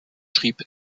schrieb